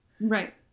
right